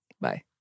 Bye